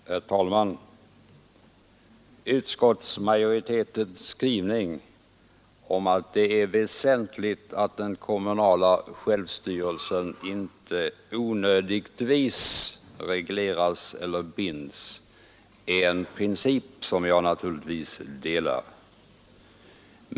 Herr talman! Utskottsmajoritetens skrivning om att det är väsentligt att den kommunala självstyrelsen inte onödigtvis regleras eller binds är en princip som jag delar.